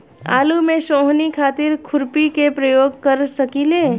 आलू में सोहनी खातिर खुरपी के प्रयोग कर सकीले?